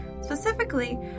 Specifically